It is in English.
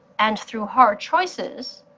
and through hard choices,